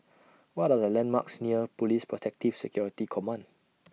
What Are The landmarks near Police Protective Security Command